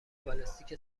بالستیک